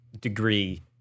degree